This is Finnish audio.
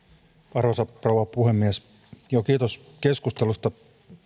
arvoisa rouva puhemies kiitos keskustelusta